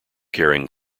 charing